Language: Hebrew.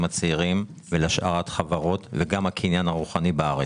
הצעירים ולהשארת חברות וגם הקניין הרוחני בארץ.